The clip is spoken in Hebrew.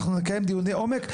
אנחנו נקיים דיוני עומק,